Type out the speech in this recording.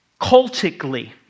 cultically